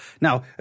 Now